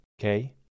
okay